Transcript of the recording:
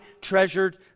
treasured